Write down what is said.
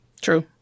True